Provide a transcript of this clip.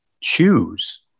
choose